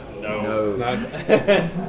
No